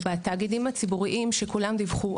בתאגידים הציבוריים שכולם דיווחו,